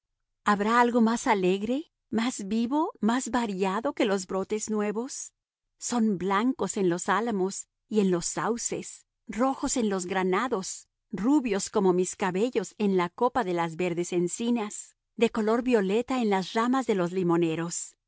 habrá algo más alegre más vivo más variado que los brotes nuevos son blancos en los álamos y en los sauces rojos en los granados rubios como mis cabellos en la copa de las verdes encinas de color violeta en las ramas de los limoneros